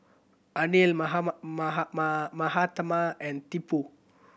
Anil Mahatma and Tipu